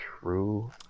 True